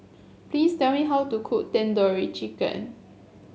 please tell me how to cook Tandoori Chicken